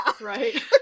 right